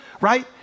right